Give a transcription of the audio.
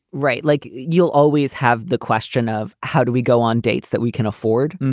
right. like, you'll always have the question of how do we go on dates that we can afford.